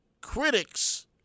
critics